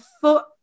foot